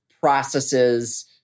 processes